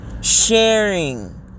Sharing